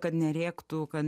kad nerėktų kad